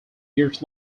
years